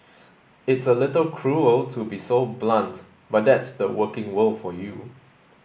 it's a little cruel to be so blunt but that's the working world for you